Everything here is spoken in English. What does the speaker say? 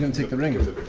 and take the ring?